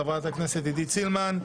חברת הכנסת עידית סילמן,